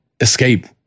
escape